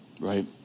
Right